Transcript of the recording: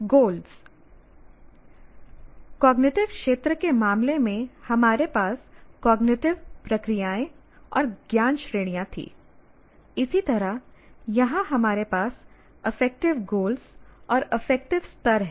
goals cognitive क्षेत्र के मामले में हमारे पास कॉग्निटिव प्रक्रियाएं और ज्ञान श्रेणियां थीं इसी तरह यहाँ हमारे पास अफेक्टिव गोलस और अफेक्टिव स्तर हैं